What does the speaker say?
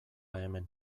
hemen